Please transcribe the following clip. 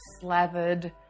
slathered